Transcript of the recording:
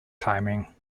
timing